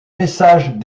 messages